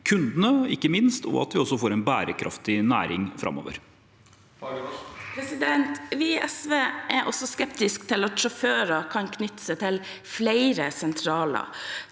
kundene, ikke minst, og at vi også får en bærekraftig næring framover. Mona Fagerås (SV) Vi i SV er også skep- tiske til at sjåfører kan knytte seg til flere sentraler.